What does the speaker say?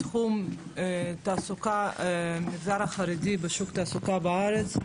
בתחום התעסוקה במגזר החרדי בשוק התעסוקה בארץ.